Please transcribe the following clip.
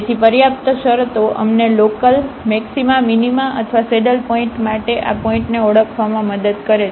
તેથી પર્યાપ્ત શરતો અમને લોકલમેક્સિમા મિનિમા અથવા સેડલપોઇન્ટ માટે આ પોઇન્ટને ઓળખવામાં મદદ કરે છે